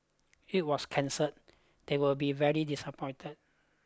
it was cancelled they would be very disappointed